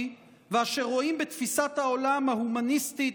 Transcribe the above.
ואשר רואים בתפיסת העולם ההומניסטית,